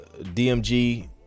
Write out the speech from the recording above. dmg